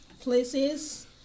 places